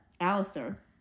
Alistair